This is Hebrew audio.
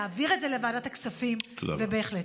להעביר את זה לוועדת הכספים בהחלט.